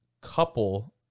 couple